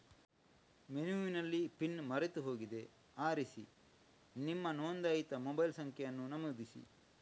ಮೆನುವಿನಲ್ಲಿ ಪಿನ್ ಮರೆತು ಹೋಗಿದೆ ಆರಿಸಿ ನಿಮ್ಮ ನೋಂದಾಯಿತ ಮೊಬೈಲ್ ಸಂಖ್ಯೆಯನ್ನ ನಮೂದಿಸಿ